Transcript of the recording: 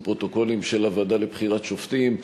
פרוטוקולים של הוועדה לבחירת שופטים,